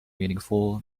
meaningful